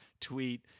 tweet